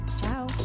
Ciao